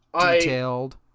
detailed